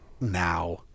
now